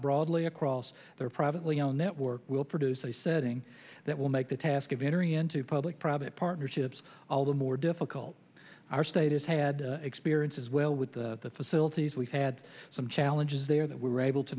broadly across their privately owned network will produce a setting that will make the task of entering into public private partnerships all the more difficult our state has had experience as well with the facilities we've had some challenges there that we were able to